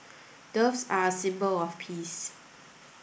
doves are a symbol of peace